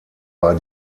war